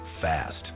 fast